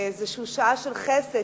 ואיזו שעה של חסד,